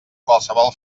qualsevol